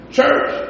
church